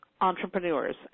entrepreneurs